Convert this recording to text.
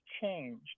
changed